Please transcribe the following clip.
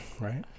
right